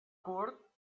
curt